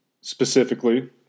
specifically